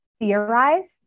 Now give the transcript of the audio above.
theorize